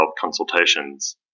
consultations